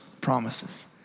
promises